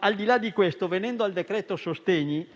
Al di là di questo, venendo al decreto sostegni,